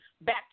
back